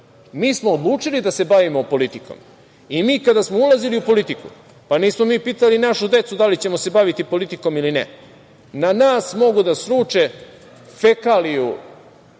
Mi smo odlučili da se bavimo politikom i mi kada smo ulazili u politiku, pa nismo mi pitali našu decu da li ćemo se baviti politikom ili ne. Na nas mogu da sruče sve fekalije,